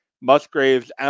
Musgrave's